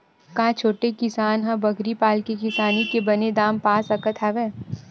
का छोटे किसान ह बकरी पाल के किसानी के बने दाम पा सकत हवय?